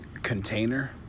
Container